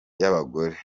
y’abagore